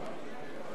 לימור לבנת,